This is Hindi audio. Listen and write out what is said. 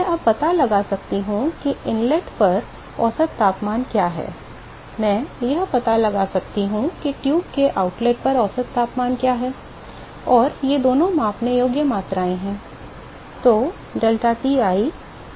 मैं अब पता लगा सकता हूं कि इनलेट पर औसत तापमान क्या है मैं यह पता लगा सकता हूं कि ट्यूब के आउटलेट पर औसत तापमान क्या है और ये दोनों मापने योग्य मात्रा हैं